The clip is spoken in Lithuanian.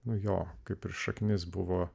nuo jo kaip ir šaknis buvo